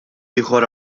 ieħor